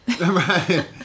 right